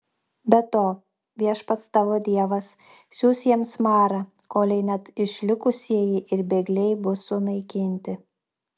be to viešpats tavo dievas siųs jiems marą kolei net išlikusieji ir bėgliai bus sunaikinti